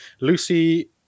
Lucy